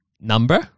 number